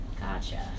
Gotcha